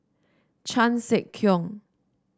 Chan Sek Keong